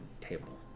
table